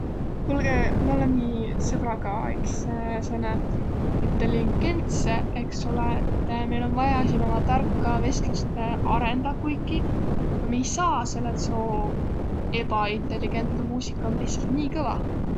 Kuulgõ, mi olõmi sõbraga iks sääne intelligentseq eksole, et om vaja siin oma tarka vestlust arendaq kuiki. Aga mi ei saaq, selle et sjoo ebaintelligentne muusika om lihtsalt nii kõva.